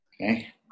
Okay